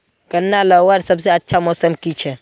गन्ना लगवार सबसे अच्छा मौसम की छे?